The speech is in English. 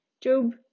Job